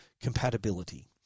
compatibility